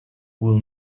will